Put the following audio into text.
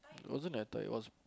it wasn't netter it was